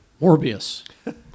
Morbius